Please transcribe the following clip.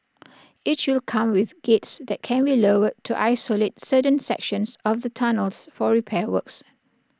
each will come with gates that can be lowered to isolate certain sections of the tunnels for repair works